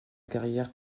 carrière